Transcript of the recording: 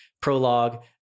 prologue